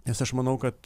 nes aš manau kad